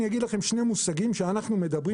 אגיד לכם עכשיו שני מושגים שאנחנו מדברים